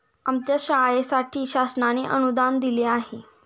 आमच्या शाळेसाठी शासनाने अनुदान दिले आहे